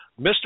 Mr